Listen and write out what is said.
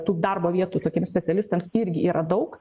tų darbo vietų tokiems specialistams irgi yra daug